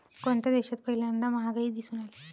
कोणत्या देशात पहिल्यांदा महागाई दिसून आली?